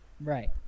Right